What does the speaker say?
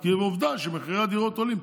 כי עובדה שמחירי הדירות עולים.